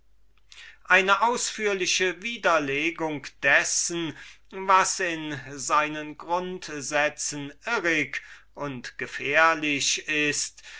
eine ausführliche widerlegung dessen was in seinen grundsätzen irrig und gefährlich ist